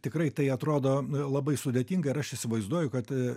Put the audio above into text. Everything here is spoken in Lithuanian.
tikrai tai atrodo labai sudėtinga ir aš įsivaizduoju kad